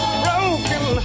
broken